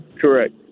Correct